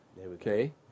okay